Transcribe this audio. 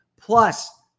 Plus